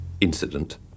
incident